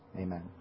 Amen